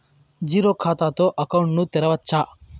Zero ఖాతా తో account ను తెరవచ్చా?